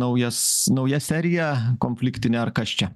naujas nauja serija konfliktinė ar kas čia